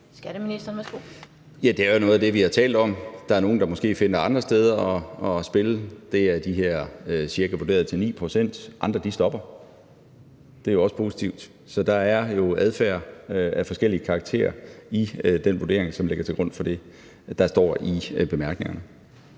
Skatteministeren (Morten Bødskov): Det er jo noget af det, vi har talt om. Der er nogle, der måske finder andre steder at spille. Det er vurderet til ca. 9 pct. Andre stopper. Det er jo også positivt. Så der er adfærd af forskellig karakter i den vurdering, som ligger til grund for det, der står i bemærkningerne.